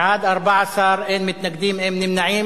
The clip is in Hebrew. בעד, 14, אין מתנגדים, אין נמנעים.